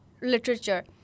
literature